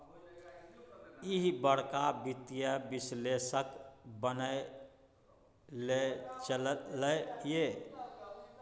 ईह बड़का वित्तीय विश्लेषक बनय लए चललै ये